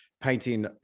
painting